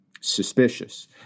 suspicious